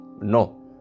no